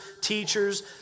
teachers